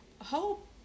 hope